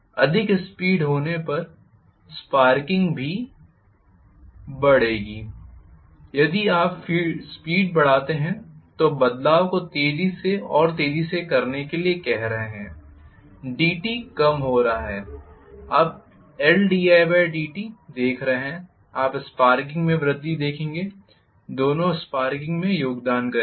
अधिक स्पीड होने पर स्पार्किंग भी बढ़ेगी यदि आप स्पीड बढ़ाते हैं तो बदलाव को तेजी से और तेजी से करने के लिए कह रहे हैं dt कम हो रहा है आप Ldidt देख रहे हैं आप स्पार्किंग में वृद्धि देखेंगे दोनों स्पार्किंग में योगदान करेंगे